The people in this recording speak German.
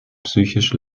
psychisch